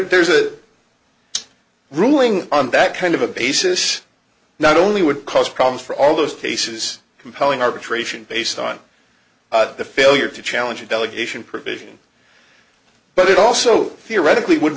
's a ruling on that kind of a basis not only would cause problems for all those cases compelling arbitration based on the failure to challenge a delegation provision but it also theoretically would